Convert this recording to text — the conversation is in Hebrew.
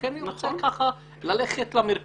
לכן אני רוצה ללכת יותר למרכז